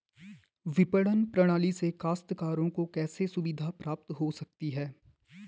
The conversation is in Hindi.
विपणन प्रणाली से काश्तकारों को कैसे सुविधा प्राप्त हो सकती है?